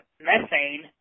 methane